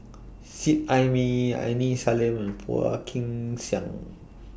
Seet Ai Mee Aini Salim and Phua Kin Siang